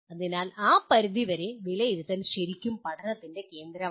അതിനാൽ ആ പരിധി വരെ വിലയിരുത്തൽ ശരിക്കും പഠനത്തിൻ്റെ കേന്ദ്രമാണ്